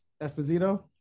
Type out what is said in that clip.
Esposito